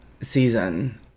season